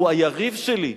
הוא היריב שלי,